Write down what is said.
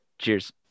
cheers